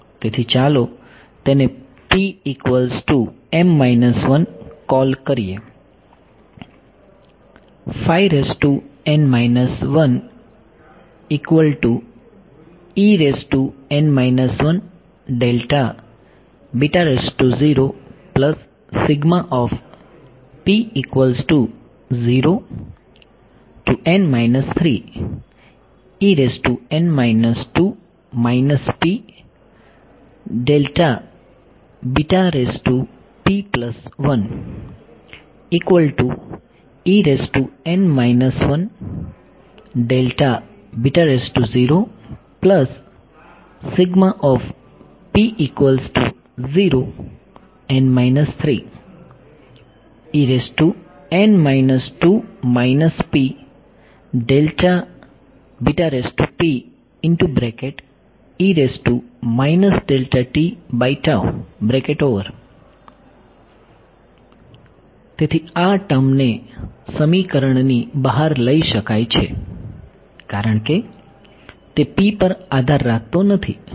તેથી ચાલો તેને કૉલ કરીએ તેથી આ ટર્મને સમીકરણની બહાર લઈ શકાય છે કારણ કે તે p પર આધાર રાખતો નથી